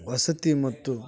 ವಸತಿ ಮತ್ತು